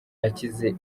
yakize